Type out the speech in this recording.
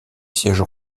siège